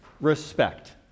respect